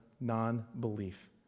non-belief